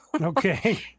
Okay